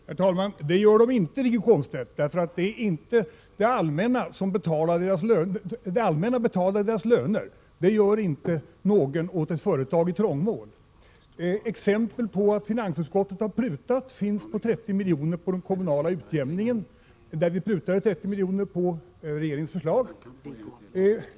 Herr talman! Det har de inte, Wiggo Komstedt, eftersom det är det allmänna som betalar riksdagens revisorers löner. Men det allmänna betalar inte lönerna till ett företag i trångmål. Det finns exempel på att finansutskottet har prutat 30 milj.kr. på regeringens förslag, nämligen när det gäller den kommunala utjämningen.